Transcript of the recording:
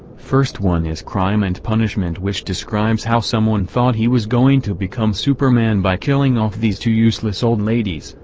first one is crime and punishment which describes how someone thought he was going to become superman by killing off these two useless old ladies,